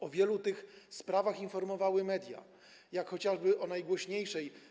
O wielu tych sprawach informowały media, chociażby o najgłośniejszej.